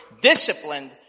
disciplined